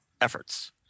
efforts